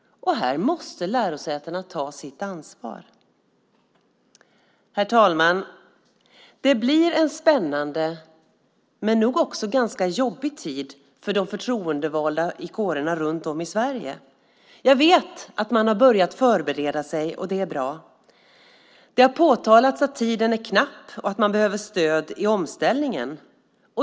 Här måste lärosätena ta sitt ansvar. Herr talman! Det blir en spännande men nog också ganska jobbig tid för de förtroendevalda i kårerna runt om i Sverige. Jag vet att man har börjat förbereda sig, och det är bra. Det har påtalats att tiden är knapp och att man behöver stöd i omställningen.